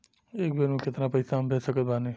एक बेर मे केतना पैसा हम भेज सकत बानी?